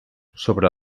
sobre